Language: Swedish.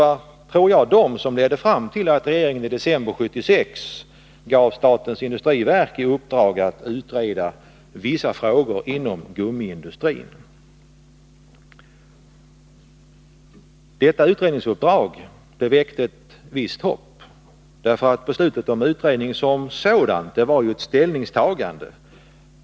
Jag tror att det var detta som ledde fram till att regeringen i december 1976 gav statens industriverk i uppdrag att utreda vissa frågor inom gummiindustrin. Detta utredningsuppdrag väckte ett visst hopp, därför att beslutet om utredning som sådant var ett ställningstagande.